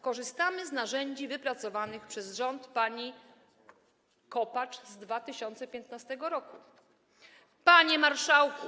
Korzystamy z narzędzi wypracowanych przez rząd pani Kopacz w 2015 r. Panie Marszałku!